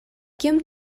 ким